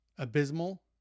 abysmal